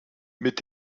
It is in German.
mit